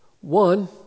One